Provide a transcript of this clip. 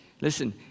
Listen